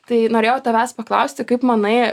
tai norėjau tavęs paklausti kaip manai